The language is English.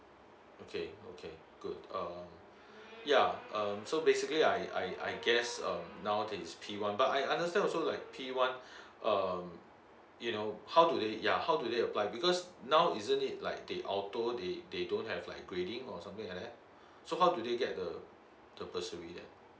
okay okay good uh yeah um so basically I I I guess um now that he's p one but I understand also like p one um you know how do they yeah how do they apply because now isn't it like they auto they they don't have like grading or something like that so how do they get uh to pursue it